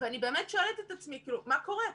ואני באמת שואלת את עצמי: מה קורה?